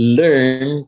learn